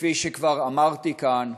שכפי שכבר אמרתי כאן,